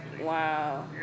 Wow